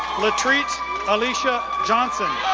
latrice alisha johnson,